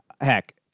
Heck